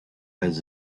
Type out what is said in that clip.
has